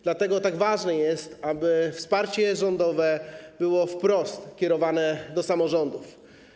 Dlatego tak ważne jest, aby wsparcie rządowe było wprost kierowane do samorządów.